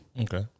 Okay